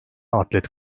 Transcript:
atlet